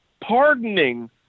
pardoning